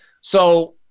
So-